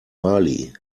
mali